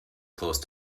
close